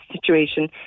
situation